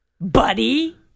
buddy